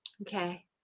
Okay